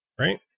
Right